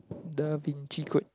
Da-Vinci Code